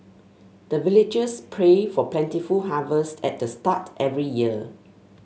the villagers pray for plentiful harvest at the start every year